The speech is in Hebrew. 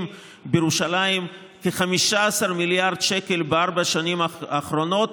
בירושלים כ-15 מיליארד שקלים בארבע שנים האחרונות,